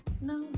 no